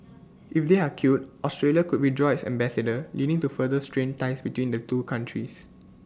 if they are killed Australia could withdraw its ambassador leading to further strained ties between the two countries